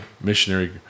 missionary